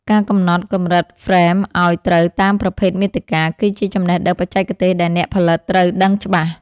ការកំណត់កម្រិតហ្វ្រេម ឱ្យត្រូវតាមប្រភេទមាតិកា គឺជាចំណេះដឹងបច្ចេកទេសដែលអ្នកផលិតត្រូវដឹងច្បាស់។